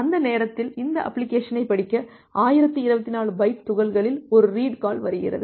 அந்த நேரத்தில் இந்த அப்ளிகேஷனைப் படிக்க 1024 பைட் துகள்களில் ஒரு ரீடு கால் வருகிறது